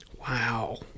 Wow